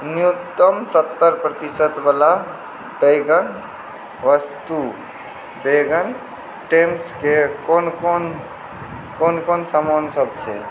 न्यूनतम सत्तरि प्रतिशत वला बैगन वस्तु बेगन टेम्स के कोन कोन सामान सब छै